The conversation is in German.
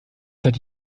seit